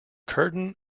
curtain